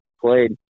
played